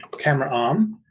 camera um